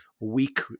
weak